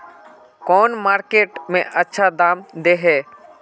कौन मार्केट में अच्छा दाम दे है?